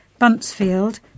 Buntsfield